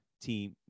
team